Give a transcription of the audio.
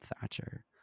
Thatcher